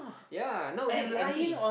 yea nowadays empty